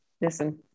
listen